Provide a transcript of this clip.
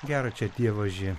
gera čia dievaži